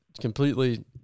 completely